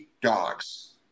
dogs